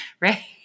right